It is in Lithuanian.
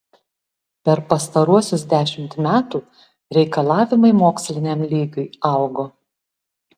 per pastaruosius dešimt metų reikalavimai moksliniam lygiui augo